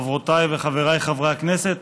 חברותיי וחבריי חברי הכנסת,